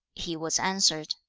he was answered,